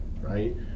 right